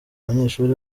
abanyeshuri